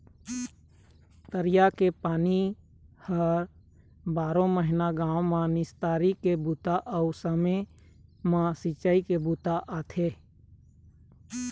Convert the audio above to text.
तरिया के पानी ह बारो महिना गाँव म निस्तारी के बूता अउ समे म सिंचई के बूता आथे